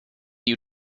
you